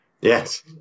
Yes